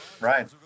Right